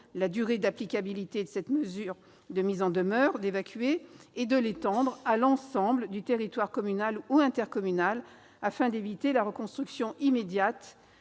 la durée d'applicabilité de cette mise en demeure d'évacuer et de l'étendre à l'ensemble du territoire communal ou intercommunal, afin d'éviter la reconstruction immédiate